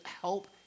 help